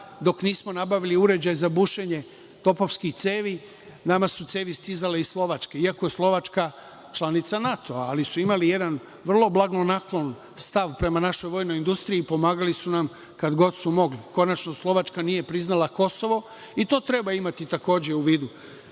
dok nismo nabavili uređaj za bušenje topovskih cevi, nama su cevi stizale iz Slovačke, iako je Slovačka članicaNATO-a, ali su imali jedan vrlo blagonaklon stav prema našoj vojnoj industriji i pomagali su nam kad god su mogli. Konačno, Slovačka nije priznala Kosovo i to treba imati, takođe, u vidu